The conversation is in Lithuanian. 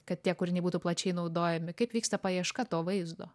kad tie kūriniai būtų plačiai naudojami kaip vyksta paieška to vaizdo